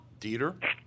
Dieter